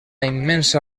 immensa